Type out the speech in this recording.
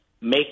make